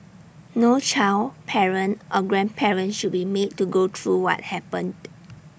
no child parent or grandparent should be made to go through what happened